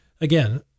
again